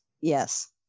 Yes